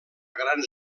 grans